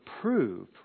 prove